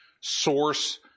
source